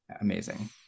amazing